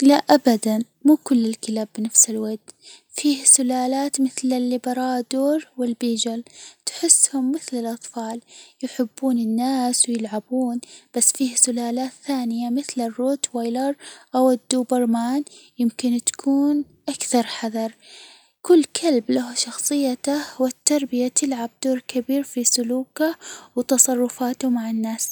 لا أبدًا، مو كل الكلاب بنفس الود، فيه سلالات مثل اللابرادور والبيجل تحسهم مثل الأطفال يحبون الناس ويلعبون، بس فيه سلالات ثانية مثل الروت وايلر أو الدوبرمان يمكن تكون أكثر حذر، كل كلب له شخصيته، والتربية تلعب دور كبير في سلوكه وتصرفاته مع الناس.